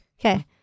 Okay